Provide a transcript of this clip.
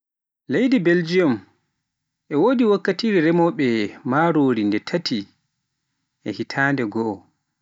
Leydi Belgiyum e wodi wakkatire remowoobe marori nde tati hitande goo.